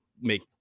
make